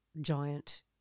giant